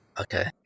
Okay